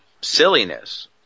silliness